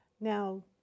now